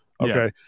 okay